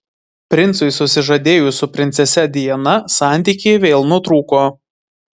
princui susižadėjus su princese diana santykiai vėl nutrūko